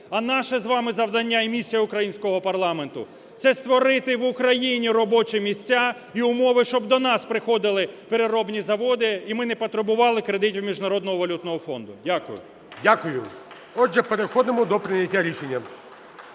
А наше з вами завдання і місія українського парламенту – це створити в Україні робочі місця і умови, щоб до нас приходили переробні заводи і ми не потребували кредитів Міжнародного валютного фонду. Дякую. ГОЛОВУЮЧИЙ. Дякую. Отже, переходимо до прийняття рішення.